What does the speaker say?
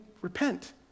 repent